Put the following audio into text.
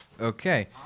Okay